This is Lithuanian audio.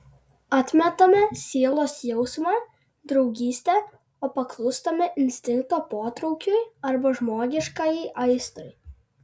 atmetame sielos jausmą draugystę o paklūstame instinkto potraukiui arba žmogiškajai aistrai